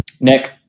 Nick